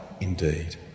indeed